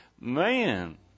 Man